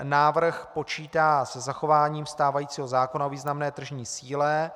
Návrh počítá se zachováním stávajícího zákona o významné tržní síle.